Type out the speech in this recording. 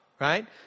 Right